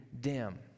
dim